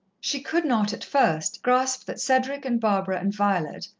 she could not, at first, grasp that cedric and barbara and violet,